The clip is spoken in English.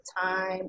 time